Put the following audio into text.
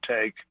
take